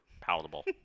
palatable